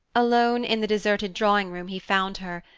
alone in the deserted drawing room he found her,